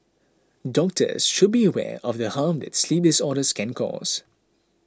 doctors should be aware of the harm that sleep disorders can cause